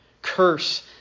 Curse